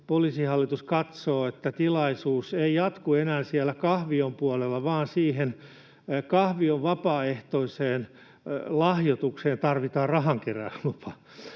Poliisihallitus katsoo, että tilaisuus ei jatku enää siellä kahvion puolella, vaan siihen kahvion vapaaehtoiseen lahjoitukseen tarvitaan rahankeräyslupa,